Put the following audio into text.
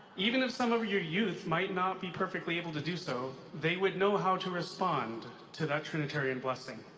even if some of your youth might not be perfectly able to do so, they would know how to respond to that trinitarian blessing.